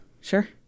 Sure